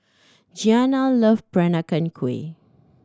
Giana love Peranakan Kueh